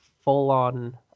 full-on